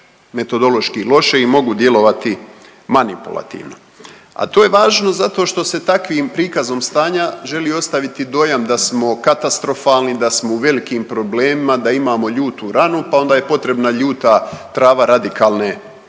metodološki loše i mogu djelovati manipulativno. A to je važno zato što se takvim prikazom stanja želi ostaviti dojam da smo katastrofalni, da smo u velikim problemima, da imamo ljutu ranu, pa onda je potrebna ljuta trava radikalne reforme.